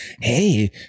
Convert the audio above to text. hey